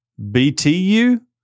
BTU